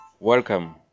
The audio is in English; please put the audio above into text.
Welcome